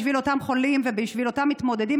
בשביל אותם חולים ובשביל אותם מתמודדים,